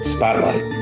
Spotlight